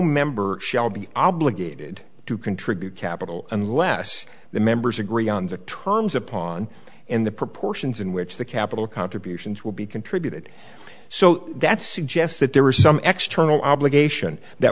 member shall be obligated to contribute capital unless the members agree on the terms upon and the proportions in which the capital contributions will be contributed so that suggests that there is some ex tunnel obligation that